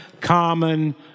common